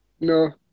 no